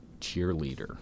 cheerleader